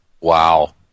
Wow